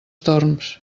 torms